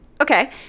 Okay